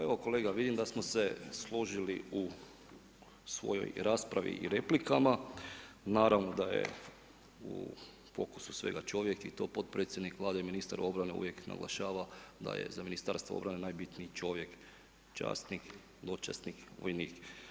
Evo, kolega vidim da smo se složili u svojoj raspravi i replikama, naravno da je u fokusu svega čovjek i to potpredsjednik Vlade, ministar obrane uvijek naglašava, da je za Ministarstvo obrane najbitniji čovjek, časnik, dočasnik, vojnik.